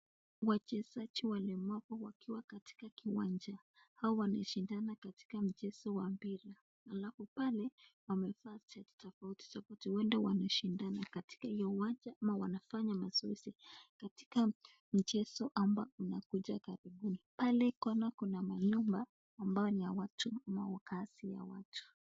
Wachezaji walemavu wakiwa katika kiwanja . Hawa wanashindana katika mchezo wa mpira. Alafu pale pame tofauti tofauti , huenda wanashindana katika hiyo uwanja ama wanafanya mazoezi katika michezo ambayo inakuja karibuni . Pape Kuna manyumba ambayo ni ya watu au wakaazi wa watu.